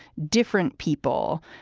different people.